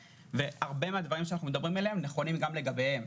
הרבה מהדברים שאנחנו מדברים עליהם נכונים גם לגביהם.